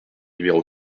numéro